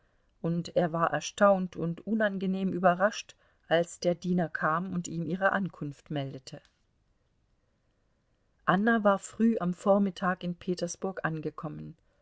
und er war erstaunt und unangenehm überrascht als der diener kam und ihm ihre ankunft meldete anna war früh am vormittag in petersburg angekommen